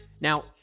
Now